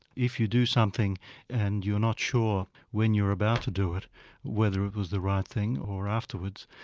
if you do something and you're not sure when you're about to do it whether it was the right thing, or afterwards,